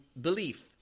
belief